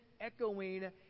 echoing